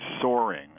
soaring